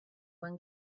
when